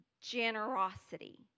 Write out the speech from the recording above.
generosity